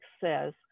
says